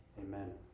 Amen